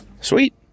Sweet